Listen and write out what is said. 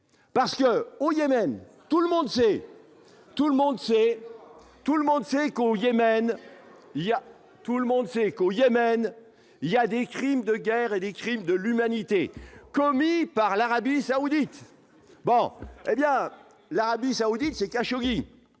sait qu'on Yémen : il y a tout le monde sait qu'au Yémen, il y a des crimes de guerre et des crimes de l'humanité commis par l'Arabie Saoudite, bon hé bien l'Arabie Saoudite ces cachotteries